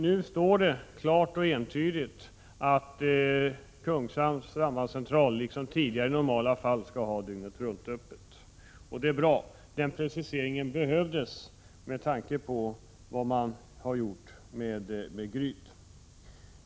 Nu står det klart och entydigt att Kungshamns sambandscentral liksom tidigare i normalfall skall ha dygnet-runt-öppet. Det är bra. Den preciseringen behövdes med tanke på vad man har gjort med Gryt.